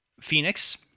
Phoenix